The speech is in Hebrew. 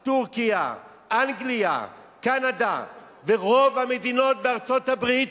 טורקיה, אנגליה, קנדה ורוב המדינות בארצות-הברית,